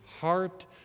heart